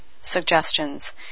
suggestions